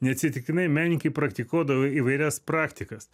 neatsitiktinai menininkai praktikuodavo įvairias praktikas